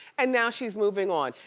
and now she's moving on.